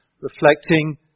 reflecting